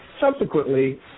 subsequently